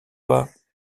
pas